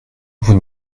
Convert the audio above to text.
vous